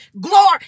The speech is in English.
Glory